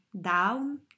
down